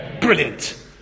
brilliant